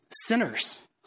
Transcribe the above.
sinners